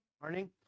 Morning